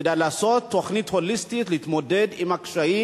כדאי לעשות תוכנית הוליסטית להתמודד עם הקשיים,